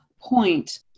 point